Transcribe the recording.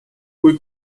kui